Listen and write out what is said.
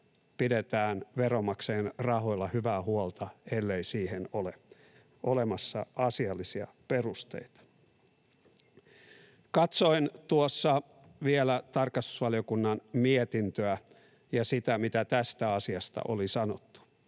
pidetään veronmaksajien rahoilla hyvää huolta, ellei siihen ole olemassa asiallisia perusteita. Katsoin tuossa vielä tarkastusvaliokunnan mietintöä ja sitä, mitä tästä asiasta oli sanottu.